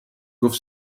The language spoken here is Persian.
گفت